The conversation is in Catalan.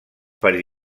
per